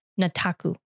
nataku